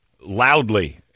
loudly